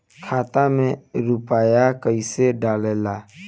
खाता में रूपया कैसे डालाला?